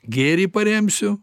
gėrį paremsiu